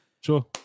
Sure